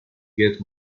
get